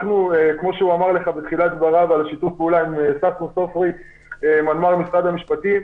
כמו שהוא אמר בתחילת דבריו יש שיתוף פעולה עם מנמ"ר משרד המשפטים.